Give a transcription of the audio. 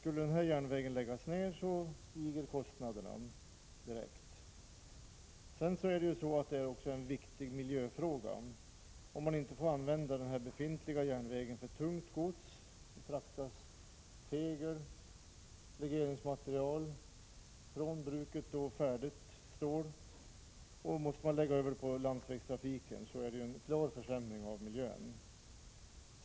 Skulle denna järnväg läggas ner stiger kostnaderna direkt. Detta är också en viktig miljöfråga. Om den befintliga järnvägen inte får användas för frakt av tungt gods, som tegel, legeringsmaterial och färdigt stål, måste det läggas över på landsvägstrafik, vilket medför en försämring av miljön.